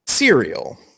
cereal